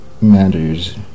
matters